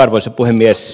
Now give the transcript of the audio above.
arvoisa puhemies